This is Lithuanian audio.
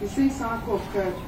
jisai sako kad